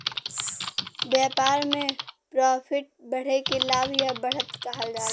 व्यापार में प्रॉफिट बढ़े के लाभ या बढ़त कहल जाला